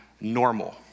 normal